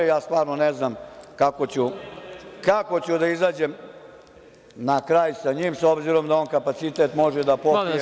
Ja stvarno ne znam kako ću da izađem na kraj sa njim, s obzirom da je on kapacitet, može da popije…